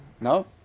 no